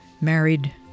married